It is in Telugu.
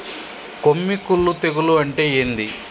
కొమ్మి కుల్లు తెగులు అంటే ఏంది?